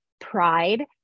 pride